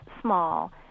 small